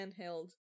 handheld